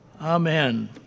Amen